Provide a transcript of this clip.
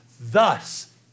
thus